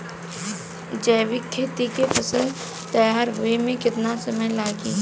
जैविक खेती के फसल तैयार होए मे केतना समय लागी?